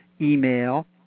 email